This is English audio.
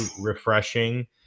refreshing